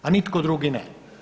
A nitko drugi ne?